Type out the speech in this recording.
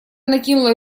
накинула